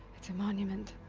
it's a monument.